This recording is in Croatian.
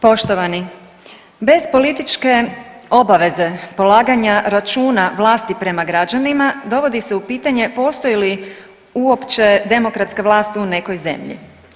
Poštovani bez političke obaveze polaganja računa vlasti prema građanima dovodi se u pitanje postoji li uopće demokratska vlast u nekoj zemlji.